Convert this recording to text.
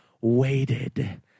waited